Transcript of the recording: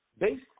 based